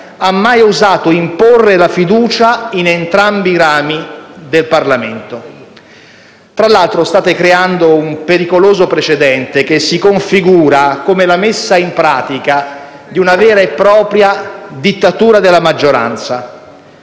ha mai osato imporre la fiducia in entrambi i rami del Parlamento. Tra l'altro, state creando un pericoloso precedente che si configura come la messa in pratica di una vera e propria dittatura della maggioranza: